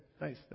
Nice